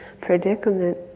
predicament